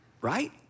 right